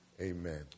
amen